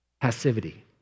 passivity